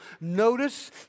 Notice